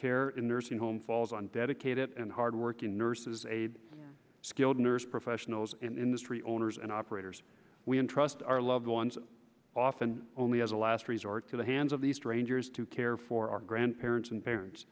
care in their home falls on dedicated and hard working nurse's aide skilled nurse professionals in the street owners and operators we entrust our loved ones often only as a last resort to the hands of the strangers to care for our grandparents and parents